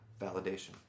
validation